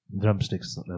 Drumsticks